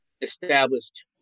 established